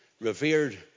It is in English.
revered